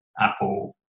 Apple